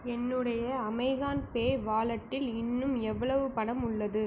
என்னுடைய Amazon Pay வாலெட்டில் இன்னும் எவ்வளவு பணம் உள்ளது